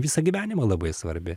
visą gyvenimą labai svarbi